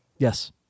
Yes